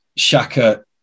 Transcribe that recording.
Shaka